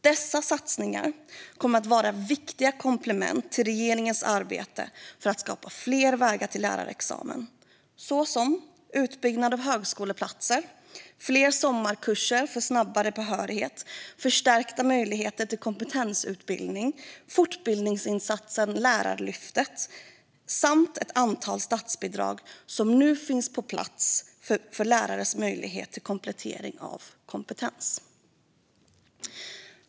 Dessa satsningar kommer att vara viktiga komplement till regeringens arbete för att skapa fler vägar till lärarexamen, såsom utbyggnaden av högskoleplatser, fler sommarkurser för snabbare behörighet, förstärkta möjligheter till kompetensutveckling, fortbildningsinsatsen Lärarlyftet samt ett antal statsbidrag som nu finns på plats för att öka lärares möjligheter till komplettering av kompetens.